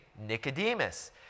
Nicodemus